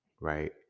right